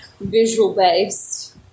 visual-based